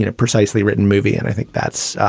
you know precisely written movie. and i think that's,